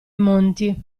monti